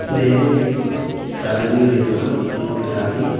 دہلی میں تعلیمی نظام انفرادی